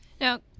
Now